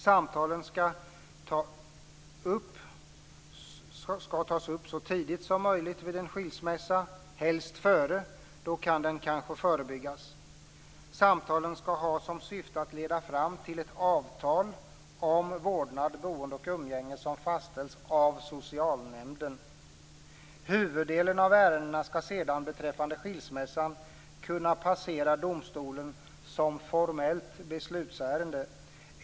Samtalen skall tas upp så tidigt som möjligt vid en skilsmässa, helst före - då kan den kanske förebyggas. De skall ha som syfte att leda fram till ett avtal om vårdnad, boende och umgänge som fastställs av socialnämnden. Huvuddelen av ärendena skall sedan beträffande skilsmässan kunna passera domstolen som formella beslutsärenden.